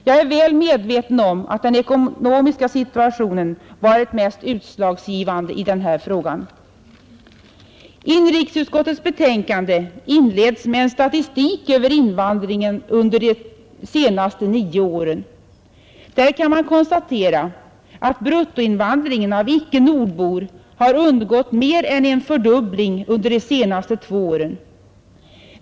Jag är väl medveten om att den ekonomiska situationen nu varit det mest utslagsgivande. Inrikesutskottets betänkande inleds med en statistik över invandringen under de senaste nio åren. Där kan man konstatera att bruttoinvandringen av icke-nordbor har undergått mer än en fördubbling under de senaste två åren.